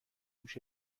هوش